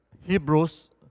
Hebrews